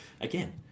again